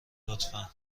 لطفا